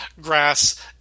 grass